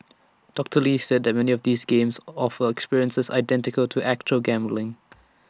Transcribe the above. doctor lee said that many of these games offer experiences identical to actual gambling